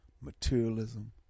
materialism